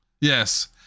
Yes